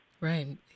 Right